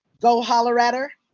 go holler at her.